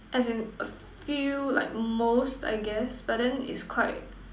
as in a few like most I guess but then it's quite